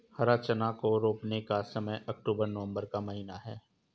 हरा चना को रोपने का समय अक्टूबर नवंबर का महीना है